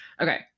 Okay